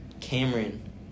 Cameron